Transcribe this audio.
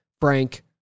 Frank